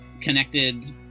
connected